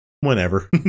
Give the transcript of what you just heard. whenever